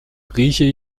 rieche